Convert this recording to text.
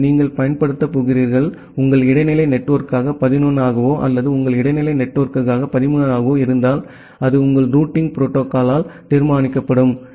எனவே நீங்கள் பயன்படுத்தப் போகிறீர்களா உங்கள் இடைநிலை நெட்வொர்க்காக 11 ஆகவோ அல்லது உங்கள் இடைநிலை நெட்வொர்க்காக 13 ஆகவோ இருந்தால் அது உங்கள் ரூட்டிங் புரோட்டோகால்யால் தீர்மானிக்கப்படும்